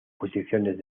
posiciones